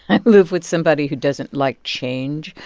i live with somebody who doesn't like change